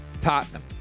Tottenham